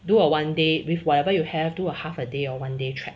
do a one day with whatever you have to a half a day or one day trek